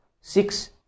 six